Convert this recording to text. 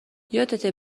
یادته